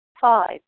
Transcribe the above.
Five